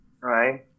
right